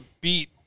beat